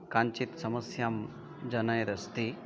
काञ्चित् समस्यां जनयदस्ति